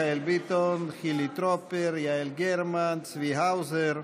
ביטון, חילי טרופר, יעל גרמן, צבי האוזר,